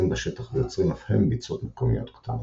בשטח ויוצרים אף הם ביצות מקומיות קטנות.